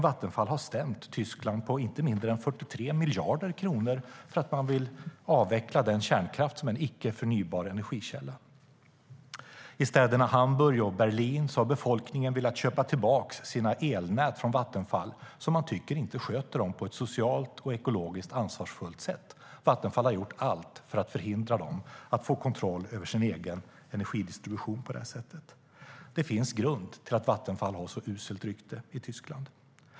Vattenfall har stämt Tyskland på inte mindre än 43 miljarder kronor för att de vill avveckla den kärnkraft som är en icke-förnybar energikälla. I städerna Hamburg och Berlin har befolkningen velat köpa tillbaka sina elnät från Vattenfall som de tycker inte sköter dem på ett socialt och ekologiskt ansvarsfullt sätt. Vattenfall har gjort allt för att förhindra att de på det sättet ska få kontroll över sin egen energidistribution. Det finns grund för att Vattenfall har ett uselt rykte i Tyskland.